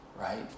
right